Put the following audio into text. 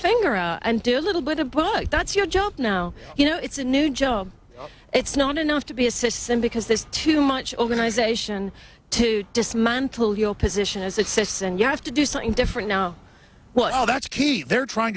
finger and do a little bit of book that's your job now you know it's a new job it's not enough to be a citizen because there's too much organization to dismantle your position as it says and you have to do something different now well that's key they're trying